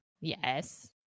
Yes